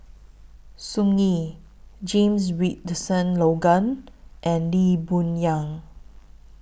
Tsung Yeh James Richardson Logan and Lee Boon Yang